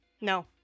No